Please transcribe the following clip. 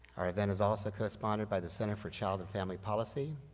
our event is also co-sponsored by the center for child and family policy.